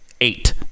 Eight